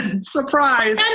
Surprise